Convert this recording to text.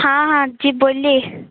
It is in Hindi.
हाँ हाँ जी बोलिए